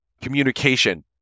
communication